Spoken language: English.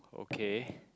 okay